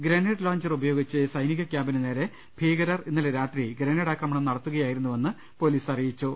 grenade launcher ഉപയോഗിച്ച് സൈനിക ക്യാമ്പിന് നേരെ ഭീകരർ ഇന്നലെ രാത്രി ഗ്രനേഡ് ആക്രമണം നട ത്തുകയായിരുന്നുവെന്ന് പൊലീസ് അറിയിച്ചു